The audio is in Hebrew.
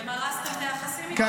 למה הרסתם את היחסים איתם,